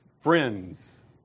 Friends